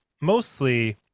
mostly